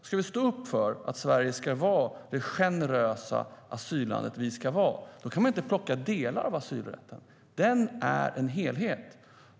Ska vi stå upp för att Sverige är det generösa asylland vi ska vara kan man inte plocka delar av asylrätten. Den är en helhet.